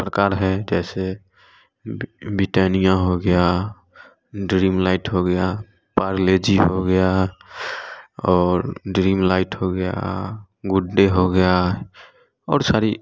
कई प्रकार है जैसे ब्रिटानिया हो गया ड्रीम लाइट हो गया पारले जी हो गया और ड्रीम लाइट हो गया गुड डे हो गया और सारी